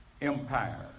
Empire